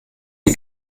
die